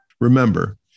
Remember